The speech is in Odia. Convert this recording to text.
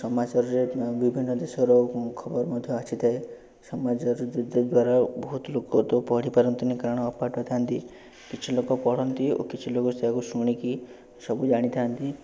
ସମାଚାରରେ ବିଭିନ୍ନ ଦେଶର ଉଁ ଖବର ମଧ୍ୟ ଆସିଥାଏ ସମାଚାରରେ ଦ୍ୱାରା ବହୁତ ଲୋକ ତ ପଢ଼ିପାରନ୍ତିନି କାରଣ ଅପାଠୁଆ ଥାଆନ୍ତି କିଛି ଲୋକ ପଢ଼ନ୍ତି ଓ କିଛି ଲୋକ ସେୟାକୁ ଶୁଣିକି ସବୁ ଜାଣିଥାନ୍ତି